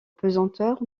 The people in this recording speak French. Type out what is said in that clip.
pesanteur